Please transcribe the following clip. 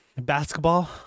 Basketball